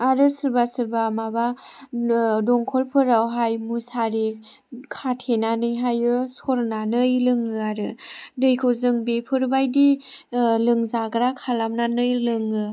आरो सोरबा सोरबा माबा दंखलफोरावहाय मुसारि खाथेनानैहायो सरनानै लोङो आरो दैखौ जों बेफोरबायदि लोंजाग्रा खालामनानै लोङो